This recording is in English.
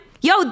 Yo